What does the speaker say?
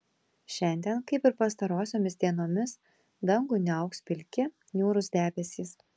šiandien kaip ir pastarosiomis dienomis dangų niauks pilki niūrūs debesys